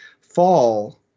fall